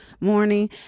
morning